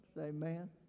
Amen